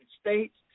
States